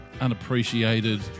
unappreciated